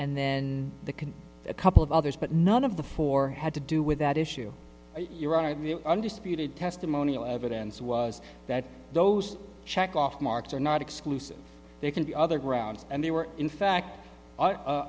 and then the can a couple of others but none of the four had to do with that issue your honor the undisputed testimonial evidence was that those check off marks are not exclusive there can be other grounds and they were in fact